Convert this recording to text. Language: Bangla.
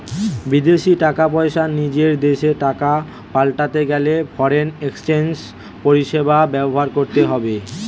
বিদেশী টাকা পয়সা নিজের দেশের টাকায় পাল্টাতে গেলে ফরেন এক্সচেঞ্জ পরিষেবা ব্যবহার করতে হবে